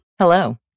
Hello